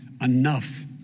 enough